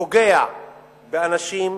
פוגע באנשים,